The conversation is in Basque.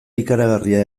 ikaragarria